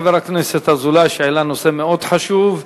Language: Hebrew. תודה לחבר הכנסת אזולאי, שהעלה נושא מאוד חשוב.